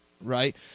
right